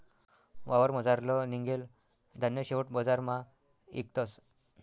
वावरमझारलं निंघेल धान्य शेवट बजारमा इकतस